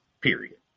Period